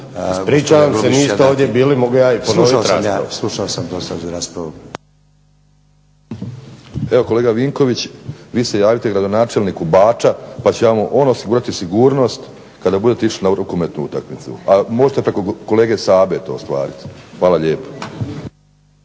Ispričavam se niste ovdje bili, mogu ja i ponoviti raspravu. **Stazić, Nenad (SDP)** Slušao sam ja. **Grubišić, Boro (HDSSB)** Evo kolega Vinković vi se javite gradonačelniku Bača pa će vam on osigurati sigurnost kada budete išli na rukometnu utakmicu, a možete to preko kolege Sabe to ostvariti. Hvala lijepo.